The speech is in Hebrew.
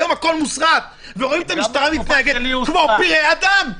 היום הכול מוסרט ורואים את המשטרה מתנהגת כמו פראי אדם,